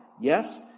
Yes